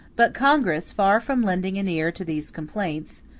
but congress, far from lending an ear to these complaints,